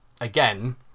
again